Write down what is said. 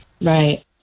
Right